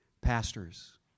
pastors